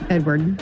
Edward